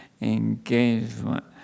engagement